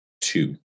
two